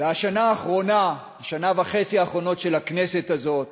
השנה האחרונה השנה וחצי האחרונה, של הכנסת הזאת